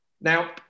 Now